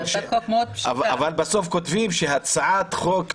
אבל בסוף כותבים שהצעת חוק דומה,